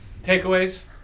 takeaways